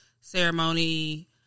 ceremony